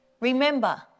Remember